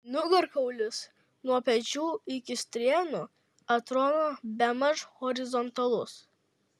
nugarkaulis nuo pečių iki strėnų atrodo bemaž horizontalus